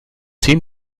zehn